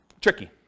tricky